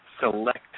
select